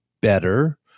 better